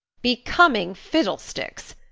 becoming fiddlesticks!